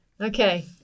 okay